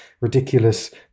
ridiculous